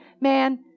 Man